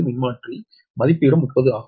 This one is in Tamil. மின்மாற்றி மதிப்பீடும் 30 ஆகும்